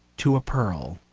to a pearl.